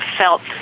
felt